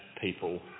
people